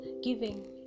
giving